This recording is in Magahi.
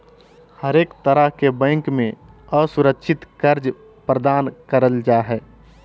हरेक तरह के बैंक मे असुरक्षित कर्ज प्रदान करल जा हय